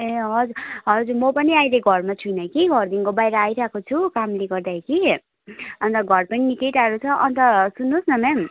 ए हजुर हजुर म पनि अहिले घरमा छुइनँ कि घरदेखिन्को बाहिर आइरहेको छु कामले गर्दाखेरि कि अन्त घर पनि निक्कै टाढो छ अन्त सुन्नुहोस् न म्याम